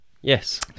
Yes